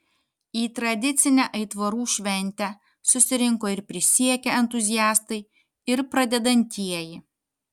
į tradicinę aitvarų šventę susirinko ir prisiekę entuziastai ir pradedantieji